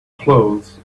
clothes